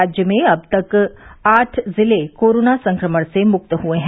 राज्य में अब तक आठ जिले कोरोना संक्रमण से मुक्त हुए हैं